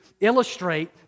illustrate